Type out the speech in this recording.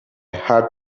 had